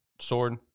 sword